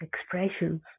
expressions